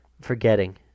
forgetting